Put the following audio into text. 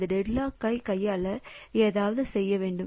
இந்த டெட்லாக் கையாள நாம் ஏதாவது செய்ய வேண்டும்